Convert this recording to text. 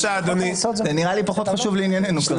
זה נראה לי פחות חשוב לענייננו.